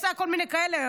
עשה כל מיני כאלה,